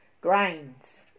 Grains